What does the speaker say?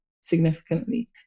significantly